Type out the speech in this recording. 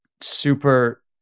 super